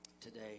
today